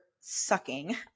sucking